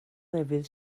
lefydd